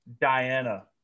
Diana